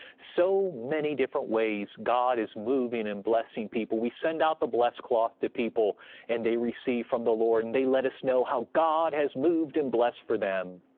so many different ways god is moving and blessing people. we send out the blest cloth to people and they receive from the lord, and they let us know how god has moved and blessed for them.